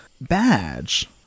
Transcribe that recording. badge